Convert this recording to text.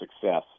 success